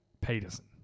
Peterson